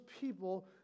people